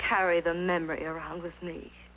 carry the memory around with me